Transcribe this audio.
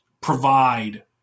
provide